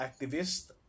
activist